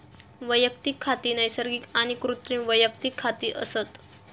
वैयक्तिक खाती नैसर्गिक आणि कृत्रिम वैयक्तिक खाती असत